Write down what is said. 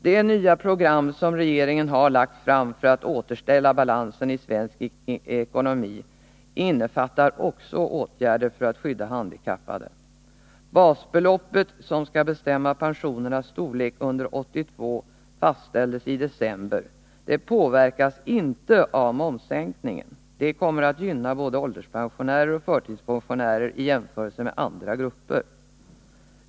Det nya program som regeringen har lagt fram för att återställa balansen i svensk ekonomi innefattar också åtgärder för att skydda handikappade. fastställs i december. Det påverkas inte av momssänkningen. Det kommer att gynna ålderspensionärer och förtidspensionärer i jämförelse med andra grupper.